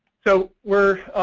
so we're